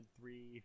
three